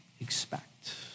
expect